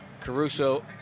Caruso